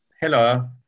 Hello